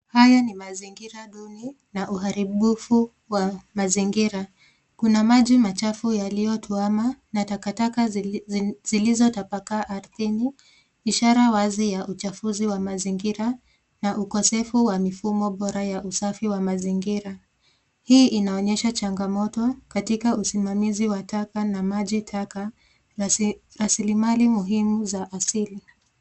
Haya ni mazingira duni na uharibifu wa mazingira ,kuna maji machafu yaliyotuhama na takataka zilizotapaka ardhini ishara wazi ya uchafuzi wa mazingira na ukosefu wa mifumo bora ya usafi wa mazingira ,hii inaonyesha changamoto katika usimamizi wa taka na maji taka na rasilimali muhimu za asili.